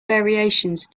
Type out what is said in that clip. variations